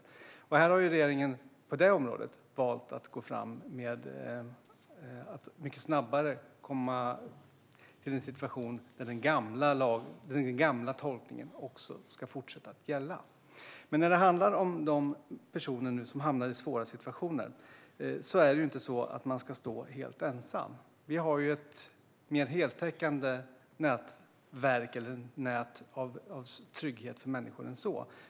På det området har regeringen valt att gå fram snabbare och kommit fram till en situation där den gamla lagtolkningen ska fortsätta gälla. Men de som hamnar i svåra situationer ska inte stå helt ensamma. Vi har ett nätverk av trygghet för människor som är mer heltäckande än så.